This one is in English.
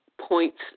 points